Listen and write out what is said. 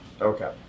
okay